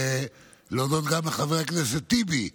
ולהודות גם לחבר הכנסת טיבי,